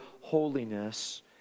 holiness